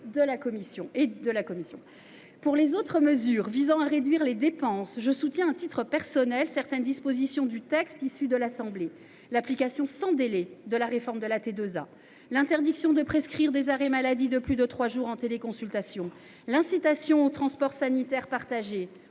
de la commission. Pour les autres mesures visant à réduire les dépenses, je soutiens à titre personnel certaines dispositions du texte issu de l’Assemblée : l’application sans délai de la réforme de la tarification à l’activité (T2A), l’interdiction de prescrire des arrêts de travail de plus de trois jours en téléconsultation, l’incitation aux transports sanitaires partagés